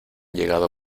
llegado